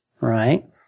right